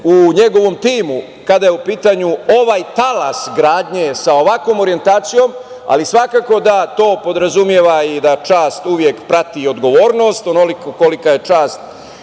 u njegovom timu kada je u pitanju ovaj talas gradnje sa ovakvom orijentacijom, ali svakako da to podrazumeva i da čast uvek prati odgovornost onoliko kolika je čast